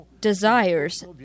desires